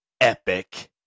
epic